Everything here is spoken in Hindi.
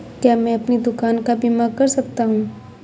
क्या मैं अपनी दुकान का बीमा कर सकता हूँ?